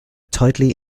tightly